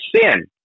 sin